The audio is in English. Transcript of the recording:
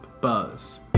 Buzz